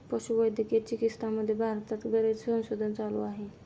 पशुवैद्यकीय चिकित्सामध्ये भारतात बरेच संशोधन चालू आहे